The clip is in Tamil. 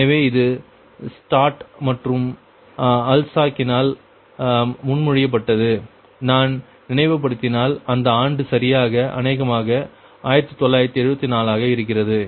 எனவே இது ஸ்டாட் மற்றும் அல்சாக்கினால் Stott மற்றும் Alsac முன்மொழியப்பட்டது நான் நினைவுபடுத்தினால் அந்த ஆண்டு சரியாக அநேகமாக 1974 ஆக இருக்கிறது